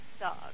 dog